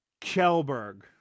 Kelberg